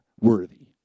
worthy